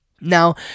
Now